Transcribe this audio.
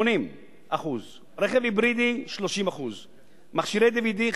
80%; רכב היברידי 30%; מכשירי DVD,